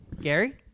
Gary